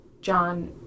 John